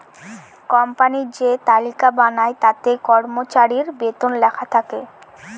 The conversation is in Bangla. কোম্পানি যে তালিকা বানায় তাতে কর্মচারীর বেতন লেখা থাকে